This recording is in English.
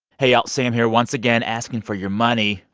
hey, y'all. sam here once again asking for your money.